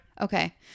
Okay